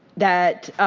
that